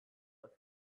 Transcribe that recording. left